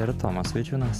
ir tomas vaičiūnas